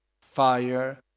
fire